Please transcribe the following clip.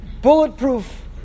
Bulletproof